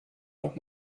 noch